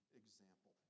example